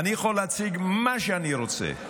מה שאני רוצה.